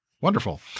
Wonderful